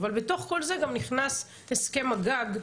אבל בתוך כל זה נכנס גם הסכם הגג,